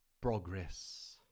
progress